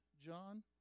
John